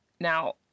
Now